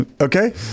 Okay